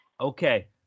Okay